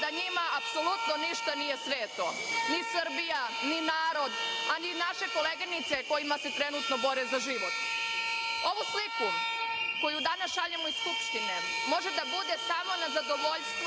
da njima apsolutno ništa nije sveto ni Srbija, ni narod, a ni naše koleginice kojima se trenutno bore za život. Ovu sliku koju danas šaljemo iz Skupštine može da bude samo na zadovoljstvo